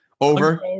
over